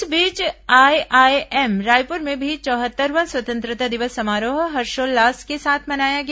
इस बीच आईआईएम रायपुर में भी चौहत्तरवां स्वतंत्रता दिवस समारोह हर्षोल्लास से मनाया गया